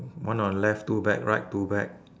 one on left two bag right two bag